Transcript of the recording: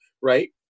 right